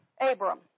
Abram